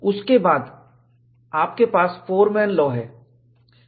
उसके बाद आपके पास फोरमैन लॉ है